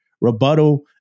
rebuttal